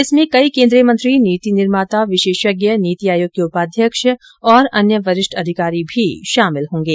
इसमें कई केंद्रीय मंत्री नीति निर्माता विशेषज्ञ नीति आयोग के उपाध्यक्ष और अन्य वरिष्ठ अधिकारी भी शामिल होंगे